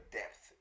depth